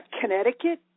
Connecticut